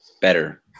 better